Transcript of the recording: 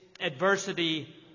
adversity